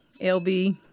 LB